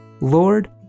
Lord